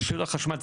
תשתיות החשמל,